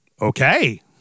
Okay